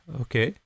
okay